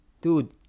dude